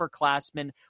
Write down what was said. upperclassmen